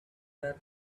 that